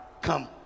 come